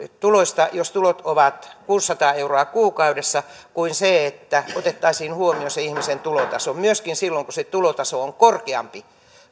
tuloista jos tulot ovat kuusisataa euroa kuukaudessa kuin se että otettaisiin huomioon ihmisen tulotaso myöskin silloin kun se tulotaso on korkeampi